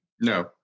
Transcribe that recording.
No